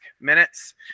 minutes